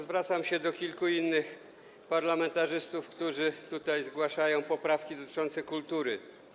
Zwracam się także do kilku innych parlamentarzystów, którzy zgłaszają poprawki dotyczące kultury.